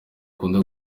dukunda